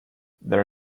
there